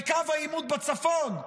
וקו העימות בצפון,